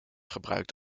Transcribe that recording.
gebruikt